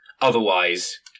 Otherwise